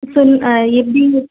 சொல்லுங்க ஆ எப்படிங்க